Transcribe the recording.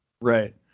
right